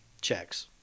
checks